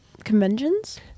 conventions